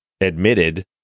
admitted